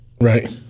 Right